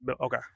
Okay